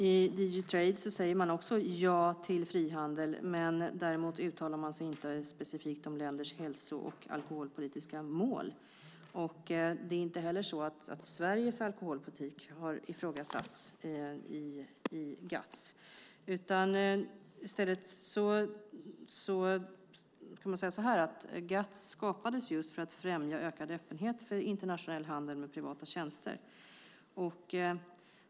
I DG Trade säger man också ja till frihandel, men däremot uttalar man sig inte specifikt om länders hälso och alkoholpolitiska mål. Det är inte heller så att Sveriges alkoholpolitik har ifrågasatts i GATS. I stället kan man säga att GATS skapades just för att främja ökad öppenhet för internationell handel med privata tjänster.